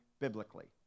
Biblically